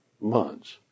months